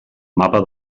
mapa